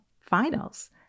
finals